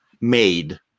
made